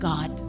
God